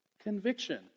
Conviction